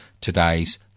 today's